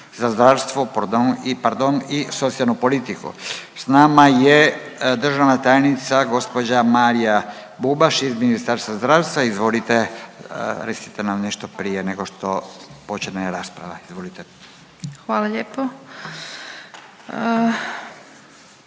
za zdravstvo, pardon i socijalnu politiku. Sa nama je državna tajnica gospođa Marija Bubaš iz Ministarstva zdravstva. Izvolite, recite nam nešto prije nego što počne rasprava. Izvolite. **Bubaš,